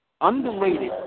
underrated